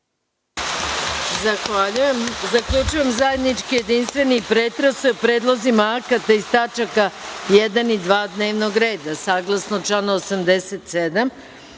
Zahvaljujem. Zaključujem zajednički jedinstveni pretres o predlozima akata iz tačaka 1. i 2. dnevnog reda. Saglasno članu 87.